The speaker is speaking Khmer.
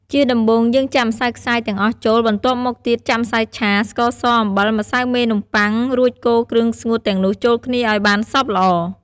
ជាដំបូង យើងចាក់ម្សៅខ្សាយទាំងអស់ចូល បន្ទាប់មកទៀត ចាក់ម្សៅឆា ស្ករស អំបិល ម្សៅមេនំប័ុង រួចកូរគ្រឿងស្ងួតទាំងនោះចូលគ្នាឲ្យបានសព្វល្អ។